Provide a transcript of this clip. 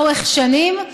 לאורך שנים.